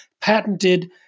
patented